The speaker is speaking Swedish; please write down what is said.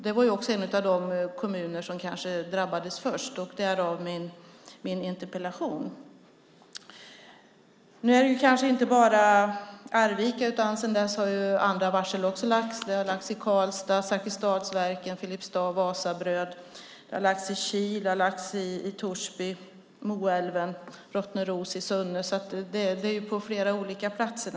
Det var också en av de kommuner som kanske drabbades först, därav min interpellation. Nu gäller det kanske inte bara Arvika, utan sedan dess har också andra varsel lagts. Det har lagts i Karlstad på Zakrisdalsverken, i Filipstad på Wasabröd. Det har lagts i Kil. Det har lagts i Torsby på Moelven och på Rottneros i Sunne. Så det gäller naturligtvis flera olika platser.